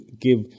give